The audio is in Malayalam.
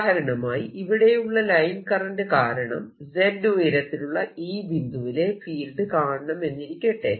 ഉദാഹരണമായി ഇവിടെയുള്ള ലൈൻ കറന്റ് കാരണം z ഉയരത്തിലുള്ള ഈ ബിന്ദുവിലെ ഫീൽഡ് കാണണമെന്നിരിക്കട്ടെ